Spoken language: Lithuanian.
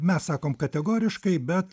mes sakom kategoriškai bet